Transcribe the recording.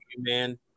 man